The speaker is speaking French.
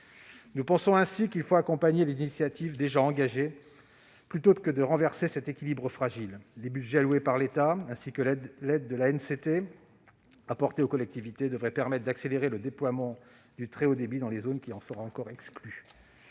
Nous pensons qu'il faut accompagner les initiatives déjà engagées plutôt que de renverser cet équilibre fragile. Les budgets alloués par l'État et l'aide que l'ANCT apporte aux collectivités devraient permettre d'accélérer le déploiement du très haut débit dans les zones qui en sont encore exclues.